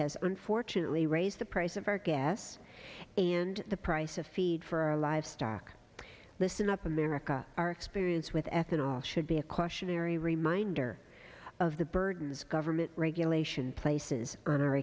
has unfortunately raised the price of our guess and the price of feed for livestock listen up america our experience with ethanol should be a cautionary reminder of the burdens government regulation places on our